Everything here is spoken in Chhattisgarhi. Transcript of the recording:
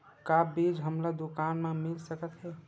का बीज हमला दुकान म मिल सकत हे?